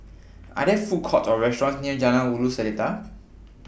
Are There Food Courts Or restaurants near Jalan Ulu Seletar